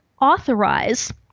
authorize